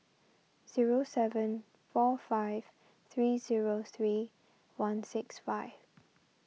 zero seven four five three zero three one six five